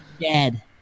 dead